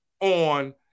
on